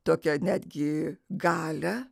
tokią netgi galią